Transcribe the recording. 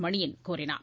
மணியன் கூறினார்